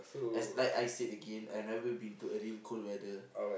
as like I said again I never been to a real cold weather